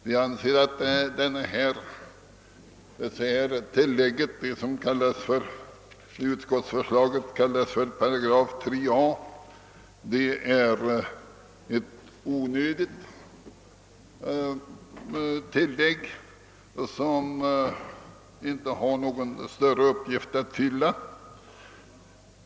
Vi anser att vad som i utskottsförslaget kallas 3 a § är ett onödigt tillägg, som inte har någon egentlig uppgift att fylla.